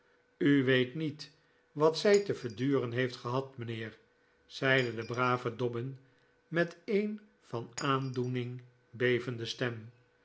u weet niet wat zij te verduren heeft gehad mijnheer zeide de brave dobbin met een van aandoening bevende stem